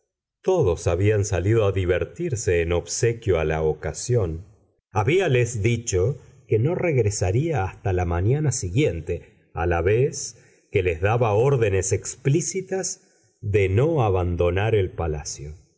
todos habían salido a divertirse en obsequio a la ocasión habíales dicho que no regresaría hasta la mañana siguiente a la vez que les daba órdenes explícitas de no abandonar el palacio